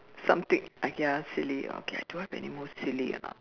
something !aiya! silly uh okay I don't want tell you anymore silly ah